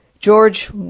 George